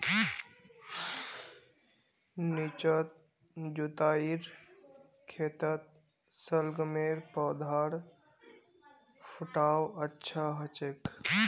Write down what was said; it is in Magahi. निचोत जुताईर खेतत शलगमेर पौधार फुटाव अच्छा स हछेक